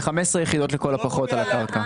לכל הפחות 15 יחידות על הקרקע.